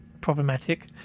problematic